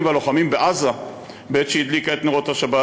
והלוחמים בעזה בעת שהדליקה את נרות השבת.